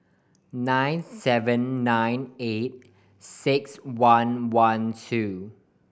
nine seven nine eight six one one two